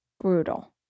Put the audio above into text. brutal